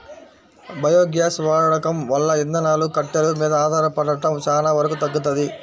biogas వాడకం వల్ల ఇంధనాలు, కట్టెలు మీద ఆధారపడటం చానా వరకు తగ్గుతది